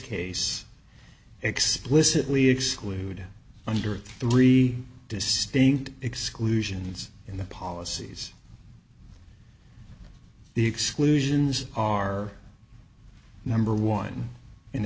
case explicitly exclude under three distinct exclusions in the policies the exclusions are number one